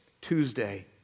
Tuesday